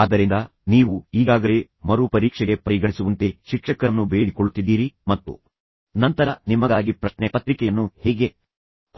ಆದ್ದರಿಂದ ನೀವು ಈಗಾಗಲೇ ಮರು ಪರೀಕ್ಷೆಗೆ ಪರಿಗಣಿಸುವಂತೆ ಶಿಕ್ಷಕರನ್ನು ಬೇಡಿಕೊಳ್ಳುತ್ತಿದ್ದೀರಿ ಮತ್ತು ನಂತರ ನಿಮಗಾಗಿ ಪ್ರಶ್ನೆ ಪತ್ರಿಕೆಯನ್ನು ಹೇಗೆ